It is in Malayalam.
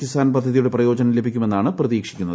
കിസാൻ പദ്ധതിയുടെ പ്രയോജനം ലഭിക്കുമെന്നാണ് പ്രതീക്ഷിക്കുന്നത്